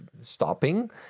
stopping